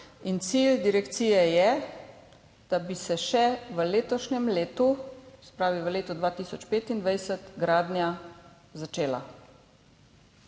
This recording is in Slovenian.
in cilj direkcije je, da bi se še v letošnjem letu, se pravi v letu 2025, začela